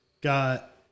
Got